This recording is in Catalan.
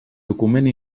document